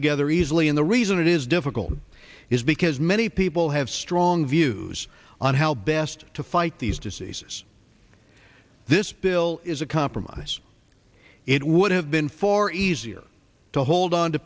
together easily and the reason it is difficult is because many people have strong views on how best to fight these diseases this bill is a compromise it would have been far easier to hold on to